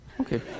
Okay